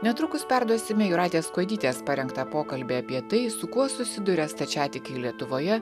netrukus perduosime jūratės kuodytės parengtą pokalbį apie tai su kuo susiduria stačiatikiai lietuvoje